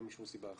לא משום סיבה אחרת.